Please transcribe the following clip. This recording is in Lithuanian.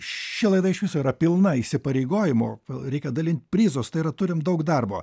ši laida iš viso yra pilna įsipareigojimų reikia dalint prizus tai yra turim daug darbo